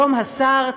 היום השר,